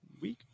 week